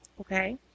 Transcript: okay